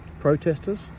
protesters